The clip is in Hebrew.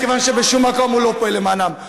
מכיוון שבשום מקום הוא לא פועל למענם.